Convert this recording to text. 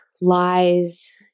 lies